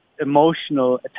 emotional